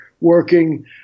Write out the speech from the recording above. working